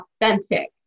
authentic